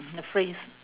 a phrase